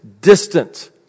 distant